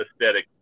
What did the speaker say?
aesthetic